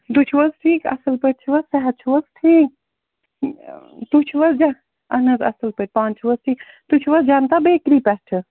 تُہۍ چھُو حظ ٹھیٖک اَصٕل پٲٹھۍ چھُو حظ صحت چھُو حظ ٹھیٖک تُہۍ چھُو حظ ڈا اَہَن حظ اَصٕل پٲٹھۍ پانہٕ چھُو حظ ٹھ تُہۍ چھُو حظ جنتا بیکری پٮ۪ٹھٕ